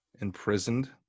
imprisoned